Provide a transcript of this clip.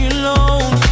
alone